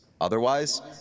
otherwise